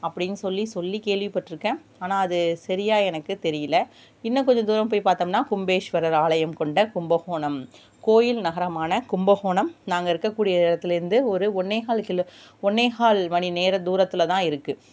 அப்படின்னு சொல்லி சொல்லி கேள்விப்பட் இருக்கேன் ஆனா அது சரியாக எனக்கு தெரியல இன்னும் கொஞ்ச தூரம் போய் பார்த்தோம்னா கும்பேஸ்வரர் ஆலயம் கொண்ட கும்பகோணம் கோயில் நகரமான கும்பகோணம் நாங்கள் இருக்கக்கூடிய இடத்துலேயிர்ந்து ஒரு ஒன்னேகால் கிலோ ஒன்னேகால் மணி நேர தூரத்தில் தான் இருக்கு